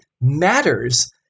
matters